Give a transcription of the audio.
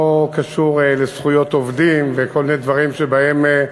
לזכויות עובדים ולכל מיני דברים שבהם,